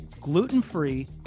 gluten-free